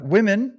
Women